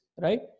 right